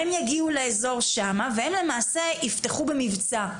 הם יגיעו לאזור שם ולמעשה יפתחו במבצע.